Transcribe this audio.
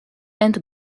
and